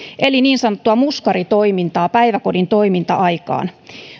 eli niin sanottua muskaritoimintaa päiväkodin toiminta aikaan